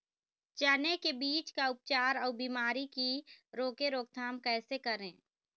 चने की बीज का उपचार अउ बीमारी की रोके रोकथाम कैसे करें?